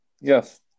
Yes